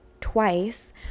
twice